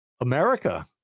america